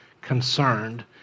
concerned